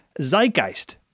zeitgeist